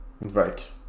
right